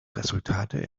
resultate